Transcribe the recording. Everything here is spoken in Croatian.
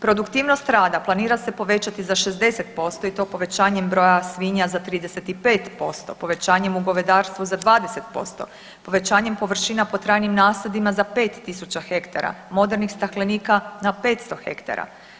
Produktivnost rada planira se povećati za 60% i to povećanjem broja svinja za 35%, povećanjem u govedarstvu za 20%, povećanjem površina pod trajnim nasadima za 5000 hektara, modernih staklenika na 500 hektara.